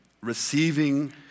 Receiving